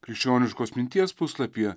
krikščioniškos minties puslapyje